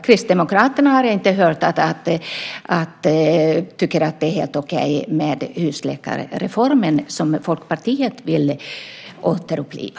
Jag har inte hört att Kristdemokraterna tycker att det är helt okej med husläkarreformen som Folkpartiet vill återuppliva.